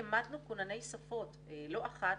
העמדנו כונני שפות לא אחת,